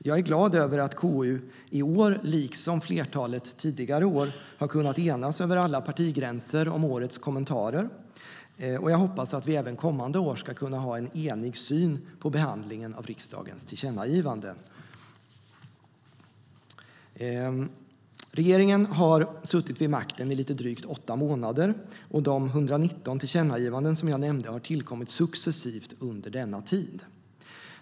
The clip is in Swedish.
Jag är glad över att KU i år liksom flertalet tidigare år har kunnat enas över alla partigränser om årets kommentarer, och jag hoppas att vi även kommande år ska kunna ha en enig syn på behandlingen av riksdagens tillkännagivanden. Regeringen har suttit vid makten i lite drygt åtta månader, och de 119 tillkännagivanden som jag nämnde har tillkommit successivt under denna tid.